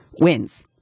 wins